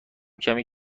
کمی